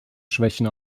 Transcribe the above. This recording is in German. schwächen